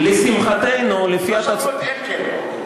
לשמחתנו, לפי התוצאות, אלקין.